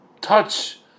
touch